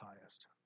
highest